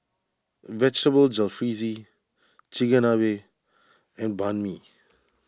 Vegetable Jalfrezi Chigenabe and Banh Mi